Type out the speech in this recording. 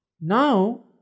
Now